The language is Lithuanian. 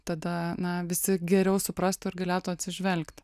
tada na visi geriau suprastų ir galėtų atsižvelgti